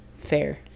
fair